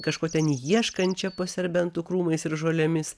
kažko ten ieškančią po serbentų krūmais ir žolėmis